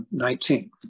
19